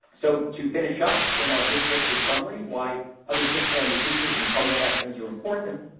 so, to finish up in our big picture summary, why other tick-borne diseases and coinfections are important,